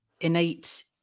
innate